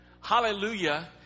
Hallelujah